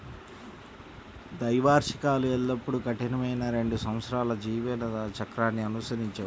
ద్వైవార్షికాలు ఎల్లప్పుడూ కఠినమైన రెండు సంవత్సరాల జీవిత చక్రాన్ని అనుసరించవు